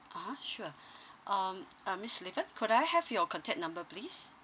(uh huh) sure um uh miss li wen could I have your contact number please